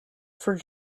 for